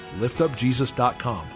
liftupjesus.com